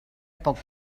poc